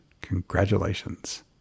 Congratulations